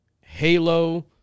Halo